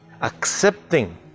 accepting